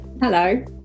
Hello